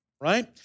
right